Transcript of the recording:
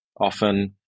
often